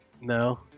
No